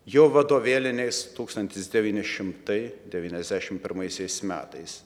jau vadovėliniais tūkstantis devyni šimtai devyniasdešim pirmaisiais metais